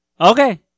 Okay